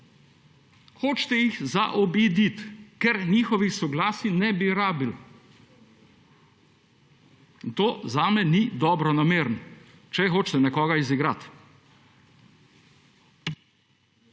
Hočete jih zaobiti, ker njihovih soglasij ne bi rabili. To zame ni dobronameren, če hočete nekoga izigrati.